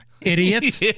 idiots